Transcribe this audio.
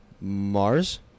Mars